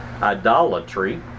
idolatry